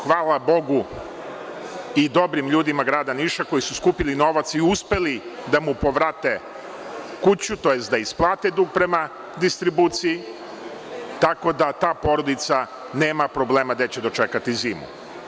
Hvala Bogu i dobrim ljudima grada Niša koji su skupili novac i uspeli da mu povrate kuću, tj. da isplate dug prema distribuciji, tako da ta porodica nema problema gde će dočekati zimu.